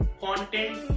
content